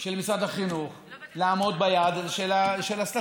של משרד החינוך לעמוד ביעד הסטטיסטי